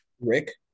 Rick